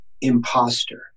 imposter